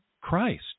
christ